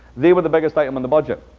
they were the biggest item in the budget.